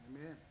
Amen